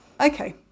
Okay